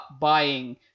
buying